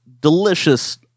delicious